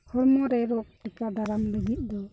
ᱦᱚᱲᱢᱚ ᱨᱮ ᱨᱳᱜᱽ ᱴᱮᱠᱟᱣ ᱫᱟᱨᱟᱢ ᱞᱟᱹᱜᱤᱫ ᱫᱚ